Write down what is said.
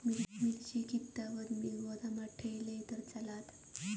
मिरची कीततागत मी गोदामात ठेवलंय तर चालात?